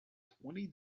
twenty